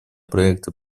проекта